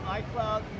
iCloud